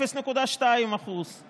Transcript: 0.2%;